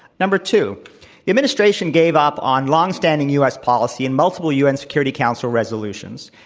number two, the administration gave up on long standing u. s. policy and multiple un security council resolutions,